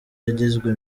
yagizwe